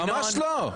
ממש לא.